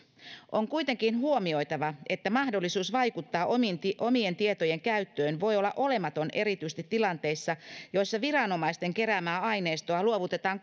on kuitenkin huomioitava että mahdollisuus vaikuttaa omien omien tietojen käyttöön voi olla olematon erityisesti tilanteissa joissa viranomaisten keräämää aineistoa luovutetaan